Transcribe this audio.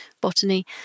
botany